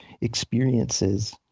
experiences